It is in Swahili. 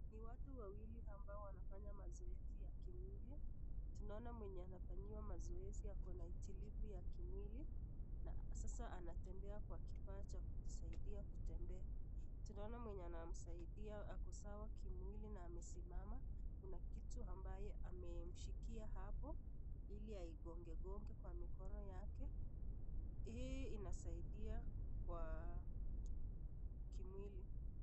Ni watu wawili ambao wanafanya mazoezi ya kimwili. Tunaona mwenye anafanyiwa mazoezi ako na itilafu ya kimwili na kwa sasa anatembea kwa kifaa cha kujisaidia kutembea. Tunaona anayemsaidia ako sawa kimwili na amesimama. Kuna kitu ambayo ameshikia hapo, ili aigongegonge kwa mkono yake. Hii inasaidia kwa kimwili.